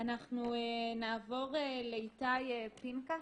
אנחנו נעבור לאיתי פנקס.